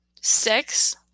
Six